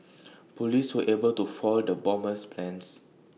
Police were able to foil the bomber's plans